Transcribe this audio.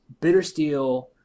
Bittersteel